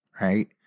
right